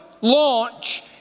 launch